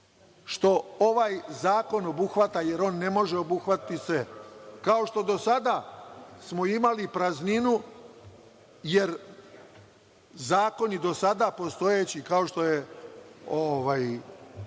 što ovaj zakon obuhvata, jer on ne može obuhvatiti sve, kao što do sada smo imali prazninu, jer zakoni, do sada postojeći, kao što je